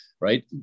Right